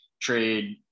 trade